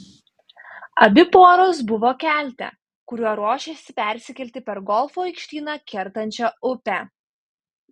abi poros buvo kelte kuriuo ruošėsi persikelti per golfo aikštyną kertančią upę